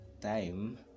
time